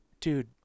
dude